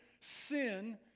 sin